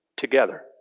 together